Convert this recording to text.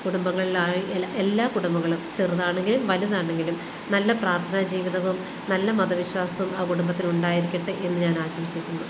കുടുംബങ്ങളായി എല്ല എല്ലാ കുടുംബങ്ങളും ചെറുതാണെങ്കിലും വലുതാണെങ്കിലും നല്ല പ്രാർത്ഥനാ ജീവിതവും നല്ല മതവിശ്വാസും ആ കുടുബത്തിലുണ്ടായിരിക്കട്ടെ എന്ന് ഞാനാശംസിക്കുന്നു